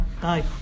hi